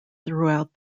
throughout